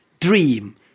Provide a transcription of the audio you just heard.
dream